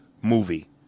movie